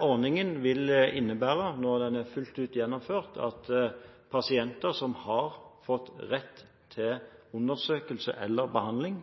Ordningen vil innebære, når den er fullt ut gjennomført, at pasienter som har fått rett til undersøkelse eller behandling